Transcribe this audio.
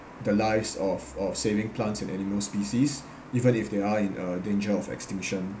the lives of of saving plants and animal species even if they are in uh danger of extinction